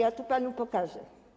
Ja tu panu pokażę.